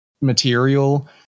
material